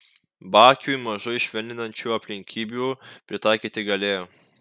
bakiui mažai švelninančių aplinkybių pritaikyti galėjo